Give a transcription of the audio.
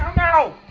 no,